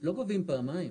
לא גובים פעמיים,